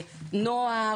נוער,